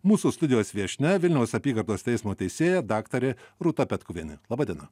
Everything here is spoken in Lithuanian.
mūsų studijos viešnia vilniaus apygardos teismo teisėja daktarė rūta petkuvienė laba diena